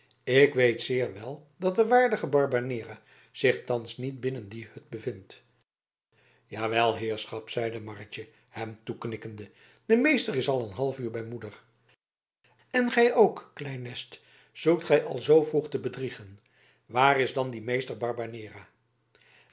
ik weet zeer wel dat de waardige barbanera zich thans niet binnen die hut bevindt jawel heerschap zeide marretje hem toeknikkende de meester is al een half uur bij moeder en gij ook klein nest zoekt gij al zoo vroeg te bedriegen waar is dan die meester barbanera